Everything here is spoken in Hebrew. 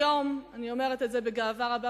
היום אני אומרת את זה בגאווה רבה,